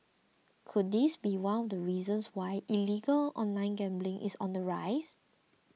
could this be one of the reasons why illegal online gambling is on the rise